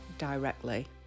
Directly